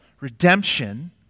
redemption